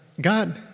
God